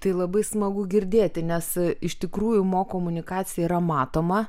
tai labai smagu girdėti nes iš tikrųjų mo komunikacija yra matoma